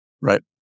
right